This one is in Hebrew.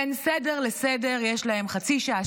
בין סדר לסדר יש להם חצי שעה,